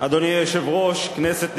אדוני היושב-ראש, כנסת נכבדה,